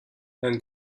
ein